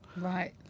Right